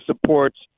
supports